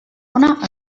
ona